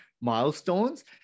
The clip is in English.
milestones